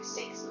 six